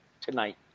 Tonight